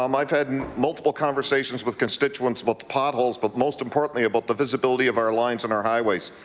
um i've had and multiple conversations with constituents about potholes but most importantly about the visibility of our lines on our highways.